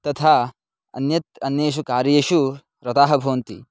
तथा अन्यत् अन्येषु कार्येषु रताः भवन्ति